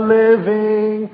living